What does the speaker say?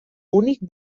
únic